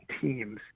teams